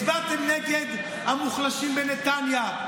הצבעתם נגד המוחלשים בנתניה,